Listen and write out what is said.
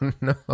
No